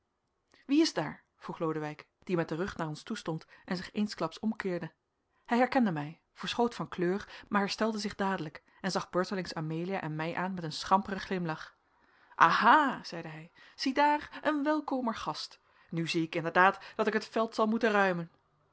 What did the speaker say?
wie is daar vroeg lodewijk die met den rug naar ons toe stond en zich eensklaps omkeerde hij herkende mij verschoot van kleur maar herstelde zich dadelijk en zag beurtelings amelia en mij aan met een schamperen glimlach aha zeide hij ziedaar een welkomer gast nu zie ik inderdaad dat ik het veld zal moeten ruimen